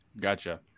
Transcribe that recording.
Gotcha